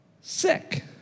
sick